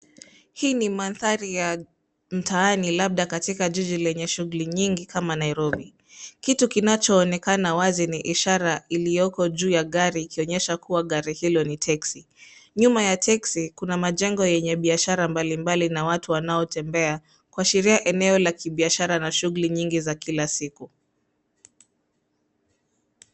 Hii ni mandhari ya mtaani labda katika jiji yenye shughuli nyingi Nairobi. Kitu kinachoonekana wazi ni ishara ilioko juu ya gari ikionyesha kuwa gari hilo ni taxi .Nyuma ya taxi kuna majengo yenye biashara mbalimbali na watu wanaotembea kuashiria eneo la kibiashara na shughuli nyingi za kila siku.